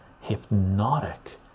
hypnotic